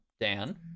Dan